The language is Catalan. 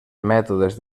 mètodes